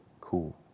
cool